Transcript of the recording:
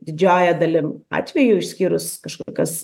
didžiąja dalim atvejų išskyrus kažkokias